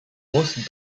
most